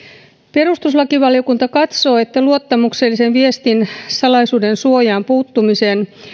perustuslakivaliokunta katsoo että luottamuksellisen viestin salaisuuden suojaan puuttumisen